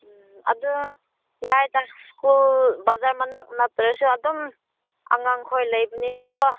ꯎꯝ ꯑꯗꯨ ꯌꯥꯔꯦꯗ ꯁ꯭ꯀꯨꯜ ꯕꯖꯥꯔ ꯃꯅꯥꯛ ꯅꯠꯇ꯭ꯔꯁꯨ ꯑꯗꯨꯝ ꯑꯉꯥꯡ ꯈꯣꯏ ꯂꯩꯕꯅꯤꯅ ꯀꯣ